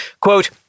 quote